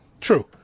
True